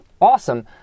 Awesome